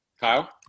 Kyle